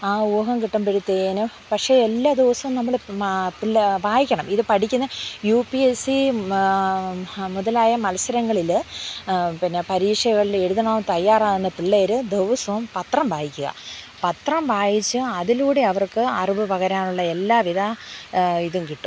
ആ ഊഹം കിട്ടുമ്പോഴത്തേക്കും പക്ഷേ എല്ലാ ദിവസവും നമ്മൾ വായിക്കണം ഇത് പഠിക്കുന്ന യു പി എസ് സി മുതലായ മത്സരങ്ങളിൽ പിന്നെ പരീക്ഷകളിൽ എഴുതണോ തയ്യാറാവുന്ന പിള്ളേർ ദിവസവും പത്രം വായിക്കുക പത്രം വായിച്ചു അതിലൂടെ അവർക്ക് അറിവ് പകരാനുള്ള എല്ലാവിധ ഇതും കിട്ടും